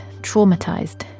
traumatized